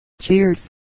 Cheers